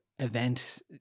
event